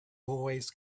always